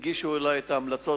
הגישו לי את ההמלצות.